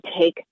take